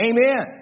Amen